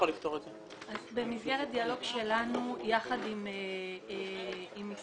במסגרת דיאלוג שלנו יחד עם משרד